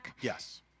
Yes